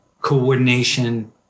coordination